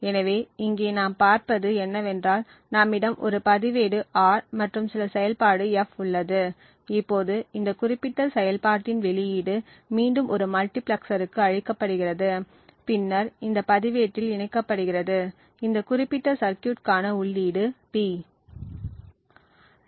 எனவே இங்கே நாம் பார்ப்பது என்னவென்றால் நம்மிடம் ஒரு பதிவேடு R மற்றும் சில செயல்பாடு F உள்ளது இப்போது இந்த குறிப்பிட்ட செயல்பாட்டின் வெளியீடு மீண்டும் ஒரு மல்டிபிளெக்சருக்கு அளிக்கப்படுகிறது பின்னர் இந்த பதிவேட்டில் இணைக்கப்படுகிறது இந்த குறிப்பிட்ட சர்க்யூட்க்கான உள்ளீடு P